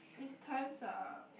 it's times up